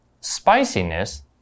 spiciness